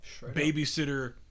babysitter